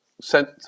sent